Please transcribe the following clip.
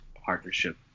partnership